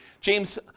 James